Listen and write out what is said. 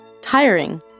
Tiring